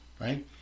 right